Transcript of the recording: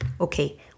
okay